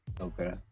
Okay